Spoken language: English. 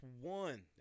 one